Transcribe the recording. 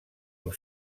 amb